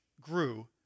grew